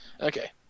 okay